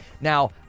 Now